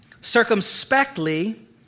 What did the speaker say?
circumspectly